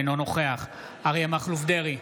אינו נוכח אריה מכלוף דרעי,